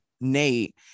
Nate